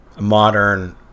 modern